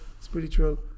spiritual